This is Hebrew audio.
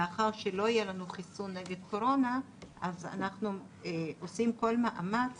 מאחר שלא יהיה לנו חיסון נגד קורונה אז אנחנו עושים כל מאמץ